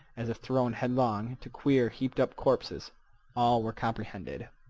as if thrown headlong, to queer, heaped-up corpses all were comprehended.